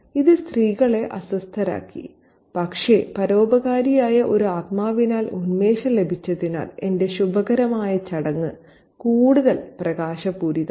ഇത് സ്ത്രീകളെ അസ്വസ്ഥരാക്കി പക്ഷേ പരോപകാരിയായ ഒരു ആത്മാവിനാൽ ഉന്മേഷം ലഭിച്ചതിനാൽ എന്റെ ശുഭകരമായ ചടങ്ങ് കൂടുതൽ പ്രകാശപൂരിതമായി